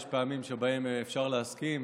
יש פעמים שבהן אפשר להסכים,